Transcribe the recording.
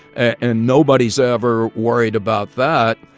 and nobody's ever worried about that.